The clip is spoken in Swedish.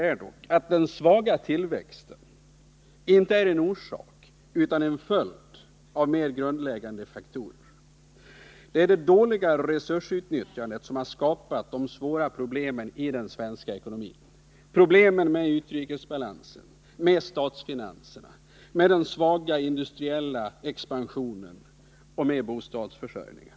Men den svaga industriella expansionen är i grunden en följd av, inte en orsak till, mer grundläggande faktorer. Det dåliga resursutnyttjandet har dock skapat svåra problem i den svenska ekonomin, i vår utrikesbalans, beträffande statsfinanserna, vad gäller vår industriella kapacitet och i fråga om bostadsförsörjningen.